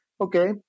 okay